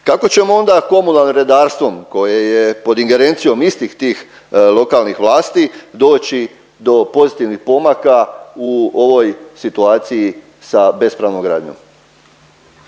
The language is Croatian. kako ćemo onda komunalnim redarstvom koje je pod ingerencijom istih tih lokalnih vlasti doći do pozitivnih pomaka u ovoj situaciji sa bespravnom gradnjom?